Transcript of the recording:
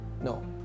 No